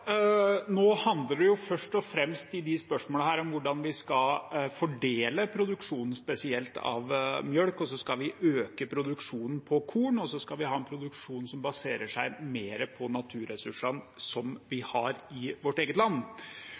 Nå handler det jo først og fremst i disse spørsmålene om hvordan vi skal fordele produksjonen, spesielt av melk. Så skal vi øke produksjonen på korn, og så skal vi ha en produksjon som baserer seg mer på naturressursene som vi har i vårt eget land.